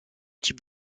types